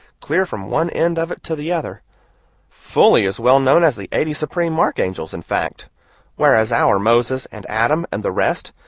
clear from one end of it to the other fully as well known as the eighty supreme archangels, in fact where as our moses, and adam, and the rest,